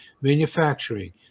Manufacturing